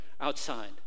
outside